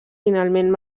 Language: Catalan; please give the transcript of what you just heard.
finalment